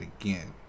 again